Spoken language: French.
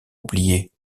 oublié